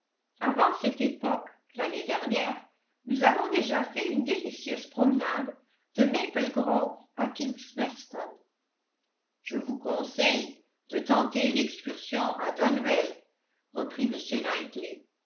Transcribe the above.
avant cette époque l'année dernière nous avons déjà fait une délicieuse promenade de maple grove à kings weston je vous conseille de tenter une excursion à donwell reprit